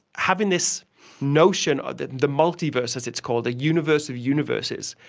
having this notion of the the multi-verse, as it's called, the universe of universes,